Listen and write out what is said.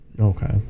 Okay